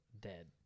dead